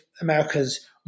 America's